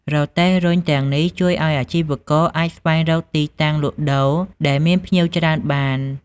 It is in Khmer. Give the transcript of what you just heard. រទេះរុញទាំងនេះជួយឱ្យអាជីវករអាចស្វែងរកទីតាំងលក់ដូរដែលមានភ្ញៀវច្រើនបាន។